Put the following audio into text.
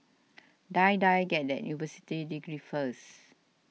Die Die get that university degree first